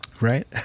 Right